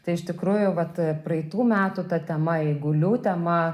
tai iš tikrųjų vat praeitų metų ta tema eigulių tema